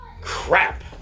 Crap